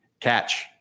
catch